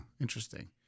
interesting